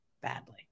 badly